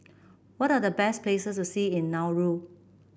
what are the best places to see in Nauru